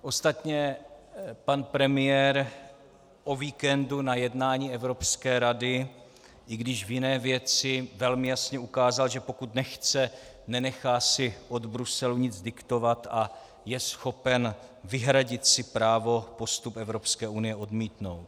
Ostatně pan premiér o víkendu na jednání Evropské rady, i když v jiné věci, velmi jasně ukázal, že pokud nechce, nenechá si od Bruselu nic diktovat a je schopen vyhradit si právo postup Evropské unie odmítnout.